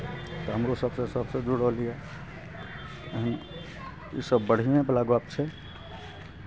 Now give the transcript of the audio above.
तऽ हमरो सभके सभसँ जुड़ल यए एहन इसभ बढ़िएँवला गप्प छै